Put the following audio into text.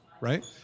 right